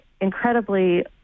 incredibly